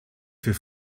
für